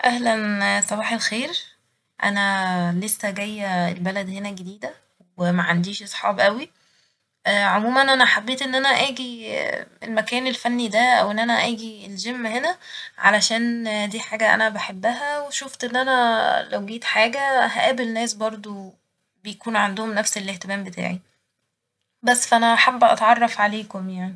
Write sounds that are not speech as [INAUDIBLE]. اهلا صباح الخيرأنا لسه جايه البلد هنا جديدة ومعنديش أصحاب اوي [HESITATION] عموما أنا حبيت إن أنا آجي [HESITATION] المكان الفني أو إن أنا آجي الجيم هنا علشان دي حاجة أنا بحبها وشفت إن أنا [HESITATION] لو جيت حاجة هقابل ناس برضه بيكون عندهم نفس الاهتمام بتاعي ، بس فأنا حابه أتعرف عليكم يعني.